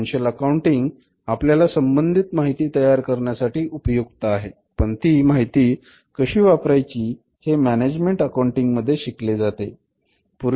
financial accounting आपल्याला संबंधित माहिती तयार करण्यासाठी उपयुक्त आहे पण ती माहिती कशी वापरायची हे मॅनेजमेंट अकाउंटिंग मध्ये शिकले जाते